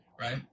right